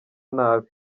nabi